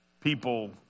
people